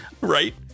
Right